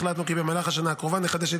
החלטנו כי במהלך השנה הקרובה נחדש את